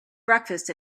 breakfast